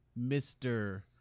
Mr